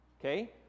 Okay